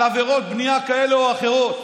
על עבירות בנייה כאלה או אחרות.